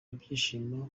byishimo